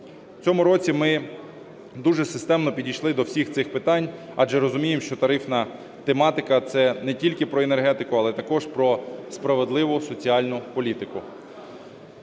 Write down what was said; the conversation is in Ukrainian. цьому році ми дуже системно підішли до всіх цих питань, адже розуміємо, що тарифна тематика – це не тільки про енергетику, але також про справедливу соціальну політику.